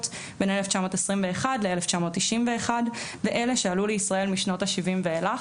בין 1921-1991 ואלה שעלו לישראל משנות ה-70 ואילך.